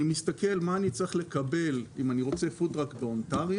אני מסתכל מה אני צריך לקבל אם אני רוצה פוד-טראק באונטריו